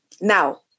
Now